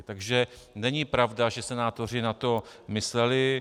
Takže není pravda, že senátoři na to mysleli.